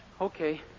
Okay